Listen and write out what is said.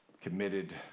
committed